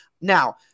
Now